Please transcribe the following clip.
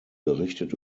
berichtet